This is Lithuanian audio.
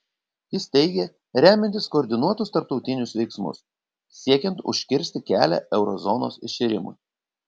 jis teigė remiantis koordinuotus tarptautinius veiksmus siekiant užkirsti kelią euro zonos iširimui